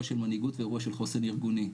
של מנהיגות ואירוע של חוסן ארגוני.